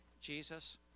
jesus